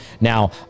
Now